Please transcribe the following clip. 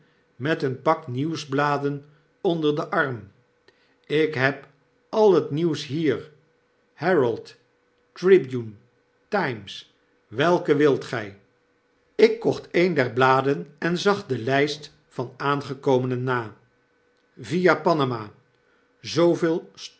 met een pak nieuwsbladen onder den arm ik heb al het nieuws hier herald tribune times welke wilt gy ik kocht een der bladen en zag de lyst van aangekomenen na via panam a zooveel